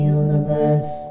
universe